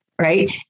right